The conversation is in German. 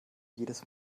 jedes